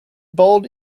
bald